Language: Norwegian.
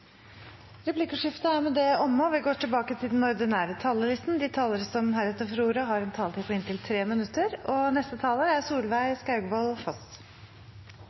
De talere som heretter får ordet, har en taletid på inntil 3 minutter.